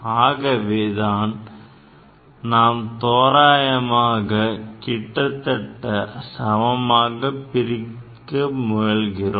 ஆகவே அதை நாம் தோராயமாக கிட்டத்தட்ட சமமாக பிரிக்க முயல்கிறோம்